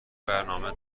برنامه